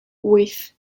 wyth